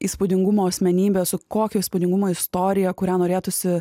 įspūdingumo asmenybė su kokio įspūdingumo istorija kurią norėtųsi